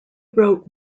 wrote